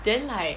then like